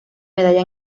medalla